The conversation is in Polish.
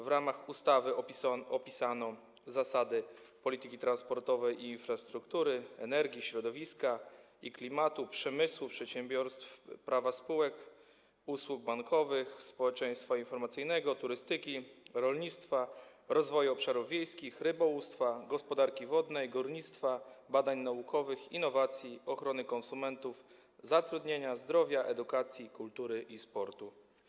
W ramach ustawy opisano zasady polityki transportowej i infrastruktury, współpracy w zakresie energii, środowiska i klimatu, przemysłu, przedsiębiorstw, prawa, spółek, usług bankowych, społeczeństwa informacyjnego, turystyki, rolnictwa, rozwoju obszarów wiejskich, rybołówstwa, gospodarki wodnej, górnictwa, badań naukowych, innowacji, ochrony konsumentów, zatrudnienia, zdrowia, edukacji, kultury i sportu.